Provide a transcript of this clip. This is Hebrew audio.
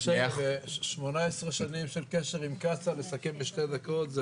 18 שנים של קשר עם קצא"א לסכם בשתי דקות,